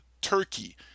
turkey